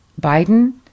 Biden